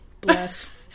Bless